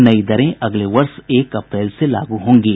नई दरें अगले वर्ष एक अप्रैल से लागू होंगे